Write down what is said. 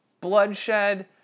bloodshed